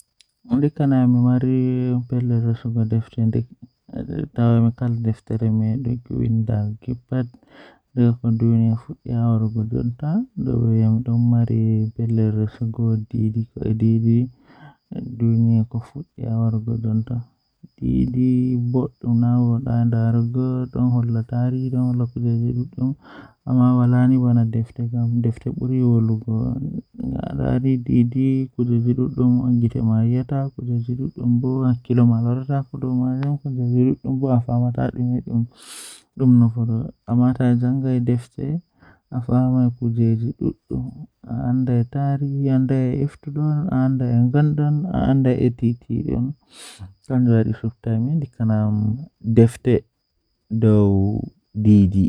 Jokkondir cuuraande e dakarol onion, garlic, e ginger. Njiddaade cuuraande ngal e kadi sabuɓe turmeric, cumin, curry powder, e chili pepper. Foti waawaa njiddaade kadi noone tomatoes, coconut milk, e broth ngam moƴƴaare. Hokkondir njum ngal he ɗuɗɗo ndiyam ngal holla. Nde nguurndam ngal waawataa njiddaade ngol leydi.